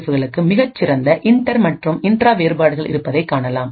எஃப்களுக்கு மிகச் சிறந்த இன்டர் மற்றும் இன்ட்ரா வேறுபாடுகள் இருப்பதைக் காணலாம்